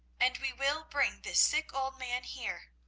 and we will bring this sick old man here.